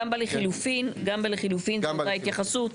זו הייתה התייחסות,